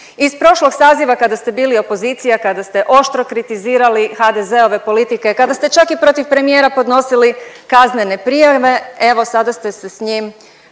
Iz prošlog saziva kada ste bili opozicija, kada ste oštro kritizirali HDZ-ove politike, kada ste čak i protiv premijera podnosili kaznene prijave, evo sada ste se s njim